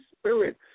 Spirit